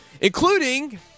including